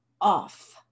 off